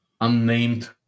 unnamed